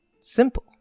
simple